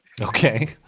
okay